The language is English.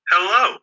Hello